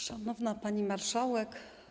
Szanowna Pani Marszałek!